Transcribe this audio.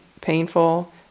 painful